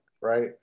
right